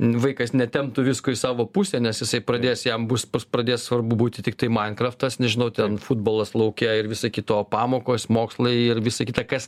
vaikas netemptų visko į savo pusę nes jisai pradės jam bus pradės svarbu būti tiktai mainkraftas nežinau ten futbolas lauke ir visa kita o pamokos mokslai ir visa kita kas